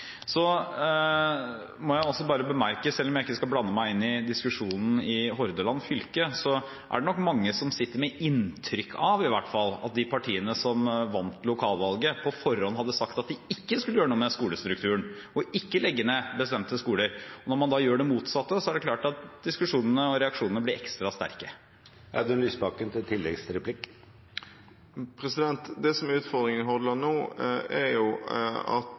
Så må jeg også bare bemerke, selv om jeg ikke skal blande meg inn i diskusjonen i Hordaland fylke, at det nok er mange som sitter med et inntrykk av at i hvert fall de partiene som vant lokalvalget, på forhånd hadde sagt at de ikke skulle gjøre noe med skolestrukturen og ikke legge ned bestemte skoler. Når man da gjør det motsatte, er det klart at diskusjonene og reaksjonene blir ekstra sterke. Det som er utfordringen i Hordaland nå, er at fylkesrådmannen har lagt fram en skolebruksplan som